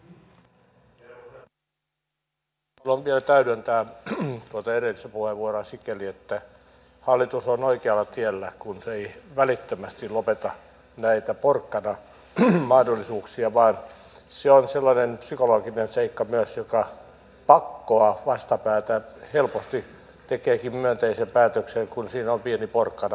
haluan vielä täydentää tuota edellistä puheenvuoroa sikäli että hallitus on oikealla tiellä kun se ei välittömästi lopeta näitä porkkanamahdollisuuksia vaan se on sellainen psykologinen seikka myös joka pakkoa vastapäätä helposti tekeekin myönteisen päätöksen kun siinä on pieni porkkana mukana